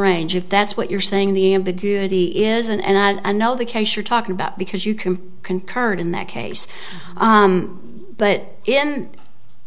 range if that's what you're saying the ambiguity is and i know the case you're talking about because you can concur in that case but if